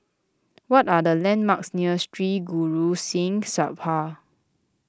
what are the landmarks near Sri Guru Singh Sabha